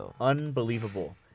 unbelievable